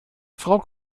frau